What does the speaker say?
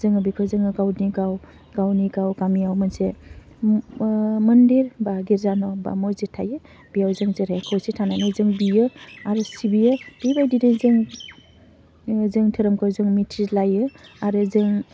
जोङो बेखौ जोङो गावनि गाव गावनि गाव गामियाव मोनसे म ओह मन्दिर बा गिर्जा न' बा मजिद थायो बेयाव जों जेरै खौसे थानानै जों बियो आरो सिबियो बेबायदिनो जों ओह जों धोरोमखौ जों मिथिज्लायो आरो जों